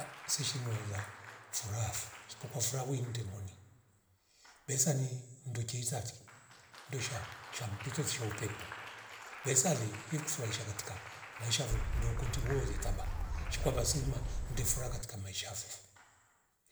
Asishi miola furaha fu isipokuwa furaha windemoni besa ni nduchi isakichi ndosha shampito suzsho upepo besa le ivu kufurahisha katika maisha vo ndo kundi woletaba shikwaba sirima nde furaha katika maisha fofo